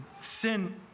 sin